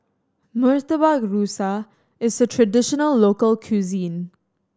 Murtabak Rusa is a traditional local cuisine